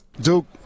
Duke